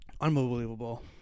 Unbelievable